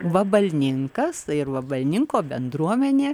vabalninkas ir vabalninko bendruomenė